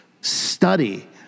study